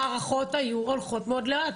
המערכות היו הולכות מאוד לאט.